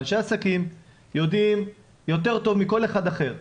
אנשי עסקים יודעים יותר טוב מכל אחד אחר,